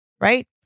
right